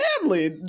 family